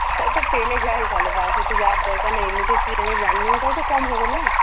তাহলে তো ট্রেনে যাওয়াই ভালো বাসে তো যাওয়ার দরকার নেই এমনিতেই ট্রেনে জার্কিংটাও তো কম হবে না